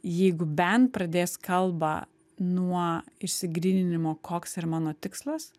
jeigu bent pradės kalbą nuo išsigryninimo koks yra mano tikslas